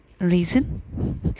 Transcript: reason